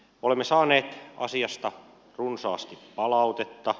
olemme saaneet asiasta runsaasti palautetta